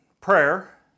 Prayer